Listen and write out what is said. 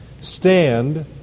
stand